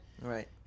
Right